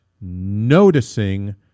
noticing